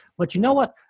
but you know what?